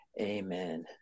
Amen